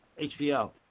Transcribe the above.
HBO